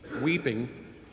weeping